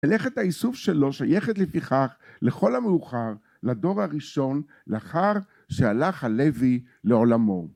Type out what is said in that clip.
מלאכת האיסוף שלו שייכת, לפיכך, לכל המאוחר, לדור הראשון לאחר שהלך הלוי לעולמו.